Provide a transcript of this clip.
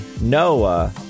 noah